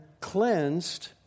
cleansed